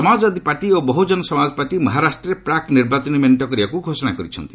Samajwadi party ଓ Bahujan Samaj party ମହାରାଷ୍ଟ୍ରରେ ପ୍ରାକ୍ ନିର୍ବାଚନୀ ମେଣ୍ଟ କରିବାକୁ ଘୋଷଣା କରିଛନ୍ତି